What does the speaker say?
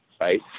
Right